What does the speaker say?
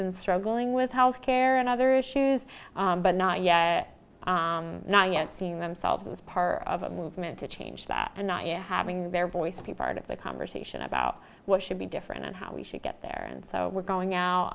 and struggling with health care and other issues but not yet not yet seeing themselves as part of a movement to change that and not having their voice people heard of the conversation about what should be different and how we should get there and so we're going out